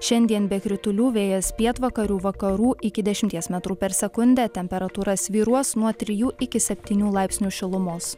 šiandien be kritulių vėjas pietvakarių vakarų iki dešimties metrų per sekundę temperatūra svyruos nuo trijų iki septynių laipsnių šilumos